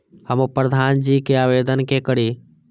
हमू प्रधान जी के आवेदन के करी?